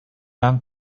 han